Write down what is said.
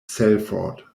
salford